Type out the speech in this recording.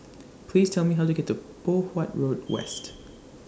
Please Tell Me How to get to Poh Huat Road West